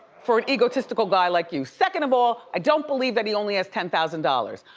for an egotistical guy like you. second of all, i don't believe that he only has ten thousand dollars.